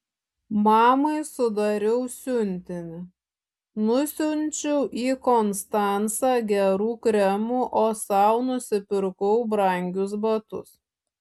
mamai sudariau siuntinį nusiunčiau į konstancą gerų kremų o sau nusipirkau brangius batus